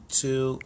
two